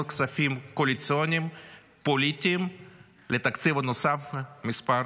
עוד כספים קואליציוניים פוליטיים לתקציב הנוסף מס'